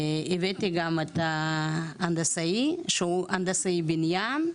הגיע איתי גם הנדסאי, שהוא הנדסאי בניין,